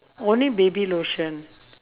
only baby lotion